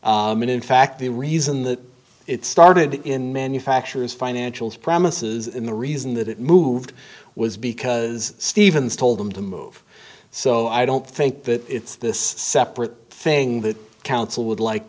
financial and in fact the reason that it started in manufacture is financials premises in the reason that it moved was because stevens told them to move so i don't think that it's this separate thing that council would like